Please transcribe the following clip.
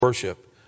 Worship